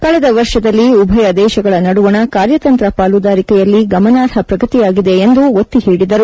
ಕಳೆದ ವರ್ಷದಲ್ಲಿ ಉಭಯ ದೇಶಗಳ ನಡುವಣ ಕಾರ್ಯತಂತ್ರ ಪಾಲುದಾರಿಕೆಯಲ್ಲಿ ಗಮನಾರ್ಪ ಪ್ರಗತಿಯಾಗಿದೆ ಎಂದು ಒತ್ತಿ ಹೇಳಿದರು